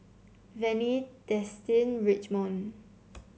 Vannie Destin Richmond